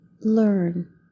learn